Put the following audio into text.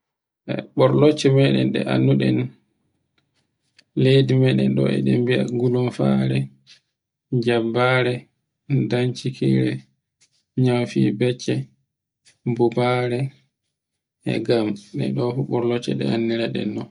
Ɓurlocce meɗen ɗe annduɗen. Leydi meɗen ɗo e ɗum bi'a gulumfare, e jabbare, dancikire, nyaffi becce, bubare, e gam ɗe ɗum fu burnotte ɗe anndiraɗen non.